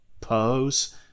pose